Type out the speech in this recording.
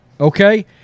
Okay